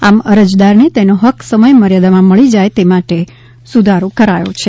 આમ અરજદારને તેનો હક્ક સમયમર્યાદામાં મળી જાય તે માટે સુધારો કરાયો છે